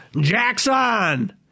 Jackson